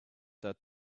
that